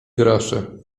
groszy